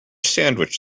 sandwich